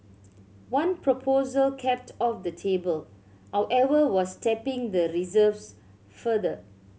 one proposal kept off the table however was tapping the reserves further